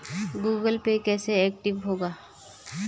Google pay कैसे active होगा?